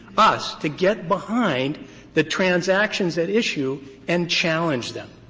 us, to get behind the transactions at issue and challenge them.